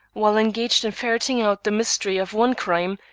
while engaged in ferreting out the mystery of one crime,